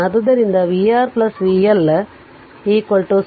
ಆದ್ದರಿಂದ vR vL 0